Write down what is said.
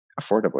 affordably